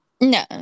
No